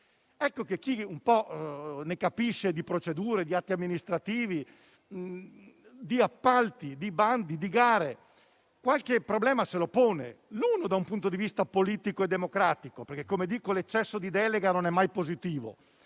chi un po' ne capisce di procedure, atti amministrativi, appalti, bandi e gare, qualche problema se lo pone sia da un punto di vista politico e democratico, perché l'eccesso di delega non è mai positivo,